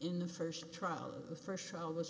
in the first trial of the first trial was